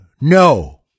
no